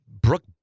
Brooke